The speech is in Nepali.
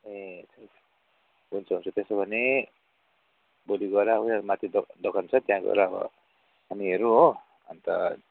ए हुन्छ हुन्छ त्यसो भने भोलि गएर उयो माथि दोकान दोकान छ त्यहाँ गएर अब हामी हेरौँ हो अन्त